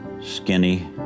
skinny